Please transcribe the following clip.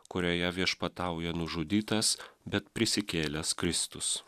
kurioje viešpatauja nužudytas bet prisikėlęs kristus